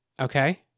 Okay